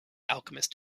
alchemist